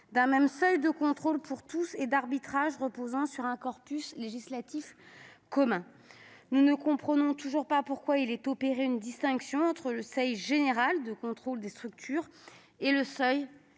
d'un même seuil de contrôle pour tous et d'arbitrages reposant sur un corpus législatif commun. Nous ne comprenons toujours pas pourquoi est opérée une distinction entre le seuil général de contrôle des structures et le seuil qui